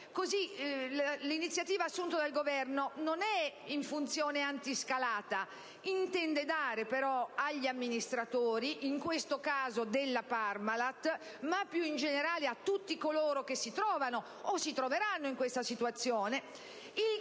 L'iniziativa assunta dal Governo non è in funzione antiscalata: intende dare agli amministratori, in questo caso della Parmalat, ma più in generale a tutti coloro che si trovano o si troveranno in questa situazione, il